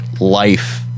life